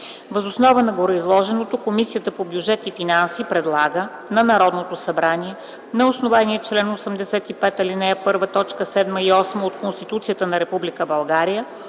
Въз основа на гореизложеното Комисията по бюджет и финанси предлага на Народното събрание на основание чл. 85, ал. 1, т. 7 и 8 от Конституцията на Република България